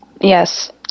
yes